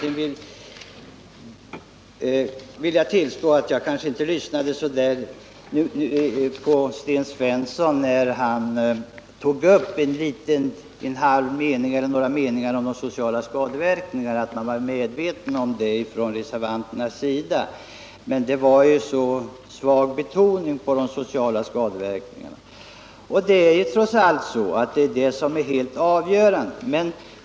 Sedan vill jag tillstå att jag kanske inte lyssnade på Sten Svensson när han i en halv mening eller så tog upp de sociala skadeverkningarna och sade att reservanterna var medvetna om dem. Men det var ju så svag betoning på de sociala skadeverkningarna, och det är trots allt dessa som är helt avgörande.